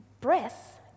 breath